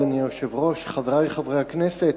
אדוני היושב-ראש, חברי חברי הכנסת,